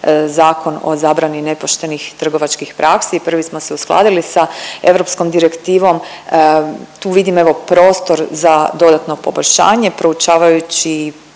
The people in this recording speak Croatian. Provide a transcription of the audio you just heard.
Zakon o zabrani nepoštenih trgovačkih praksi i prvi smo se uskladili sa europskom direktivom tu vidim evo prostor za dodatno poboljšanje proučavajući